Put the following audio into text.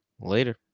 later